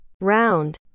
Round